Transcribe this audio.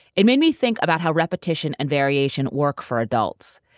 it made me think about how repetition and variation work for adults.